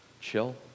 chill